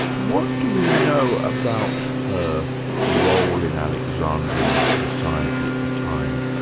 what do we know about her role in alexandrian society at the time?